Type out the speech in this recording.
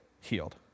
healed